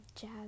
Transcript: jazz